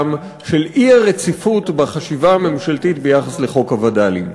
של האי-רציפות בחשיבה הממשלתית ביחס לחוק הווד"לים.